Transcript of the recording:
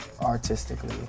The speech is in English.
artistically